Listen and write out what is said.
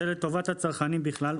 זה לטובת הצרכנים בכלל,